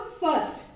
first